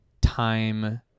time